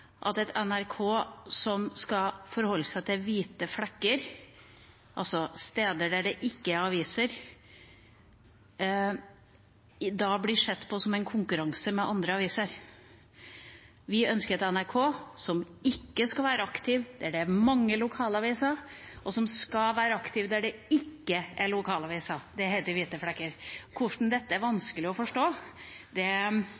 at et NRK som skal forholde seg til hvite flekker – altså steder der det ikke er aviser – da blir sett på som i konkurranse med andre aviser. Vi ønsker et NRK som ikke skal være aktivt der det er mange lokalaviser, og som skal være aktivt der det ikke er lokalaviser – det heter hvite flekker. Hvordan er dette